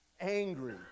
angry